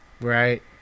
right